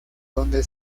donde